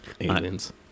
aliens